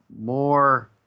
more